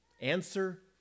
Answer